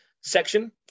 section